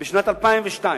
ב-2002.